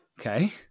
Okay